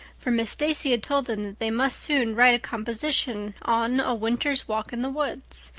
for miss stacy had told them that they must soon write a composition on a winter's walk in the woods,